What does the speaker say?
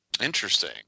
interesting